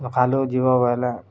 ସଖାଳୁ ଯିବ ବୋଇଲେ